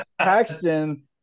Paxton